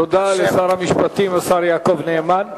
תודה לשר המשפטים השר יעקב נאמן.